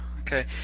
Okay